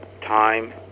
time